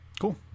Cool